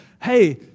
hey